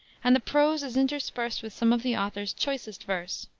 and the prose is interspersed with some of the author's choicest verse.